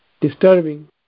disturbing